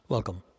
Welcome